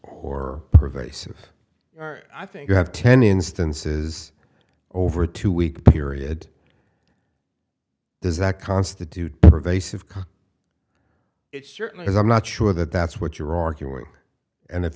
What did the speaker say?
or pervasive i think you have ten instances over a two week period does that constitute pervasive it certainly is i'm not sure that that's what you're arguing and if